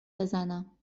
بزنم